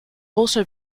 also